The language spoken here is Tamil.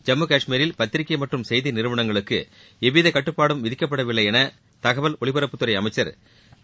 ஜம்மு காஷ்மீரில் பத்திரிக்கை மற்றும் செய்தி நிறுவனங்களுக்கு எவ்வித கட்டுப்பாடும் விதிக்கப்படவில்லை என தகவல் ஒலிபரப்புத்துறை அமைச்ச் திரு